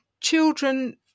children